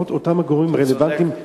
לפחות אותם גורמים רלוונטיים,